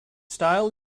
style